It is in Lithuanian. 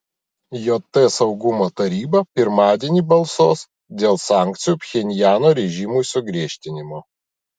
jt saugumo taryba pirmadienį balsuos dėl sankcijų pchenjano režimui sugriežtinimo